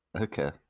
Okay